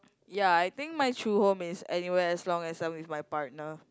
ya I think my true home is anywhere as long as I'm with my partner